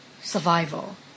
survival